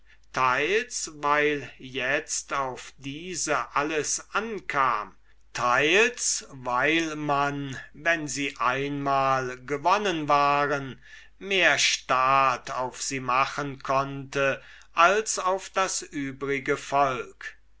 teils weil itzt auf diese alles ankam teils weil man wenn sie einmal gewonnen waren mehr staat auf sie machen konnte als auf das übrige volk